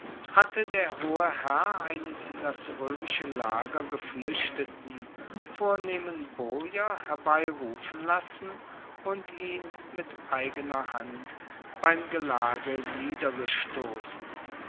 hatte der hohe herr einen in das roemische lager gefluechteten vornehmen boier herbeirufen lassen und ihn mit eigener hand beim gelage niedergestossen